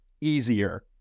easier